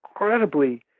incredibly